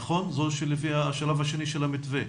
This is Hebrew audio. זו שלפי השלב השני של המתווה?